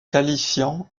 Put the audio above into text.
qualifiant